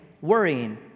worrying